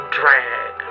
drag